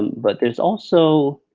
but there's also,